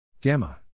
Gamma